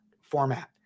format